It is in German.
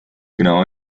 genauer